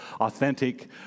authentic